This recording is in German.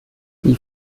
die